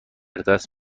دست